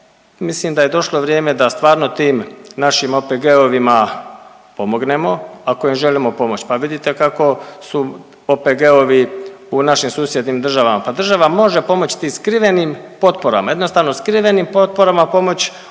mislim da je došlo vrijeme da stvarno tim našim OPG-ovima pomognemo ako im želimo pomoć, pa vidite kako su OPG-ovi u našim susjednim država, pa država može pomoć tim skrivenim potporama, jednostavno skrivenim potporama pomoć